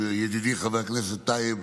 של ידידי חבר הכנסת טייב,